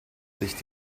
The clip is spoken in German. sich